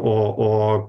o o